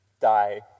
die